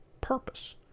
purpose